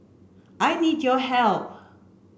I need your help